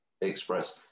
express